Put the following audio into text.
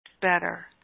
better